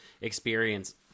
experience